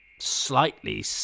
slightly